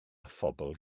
phobl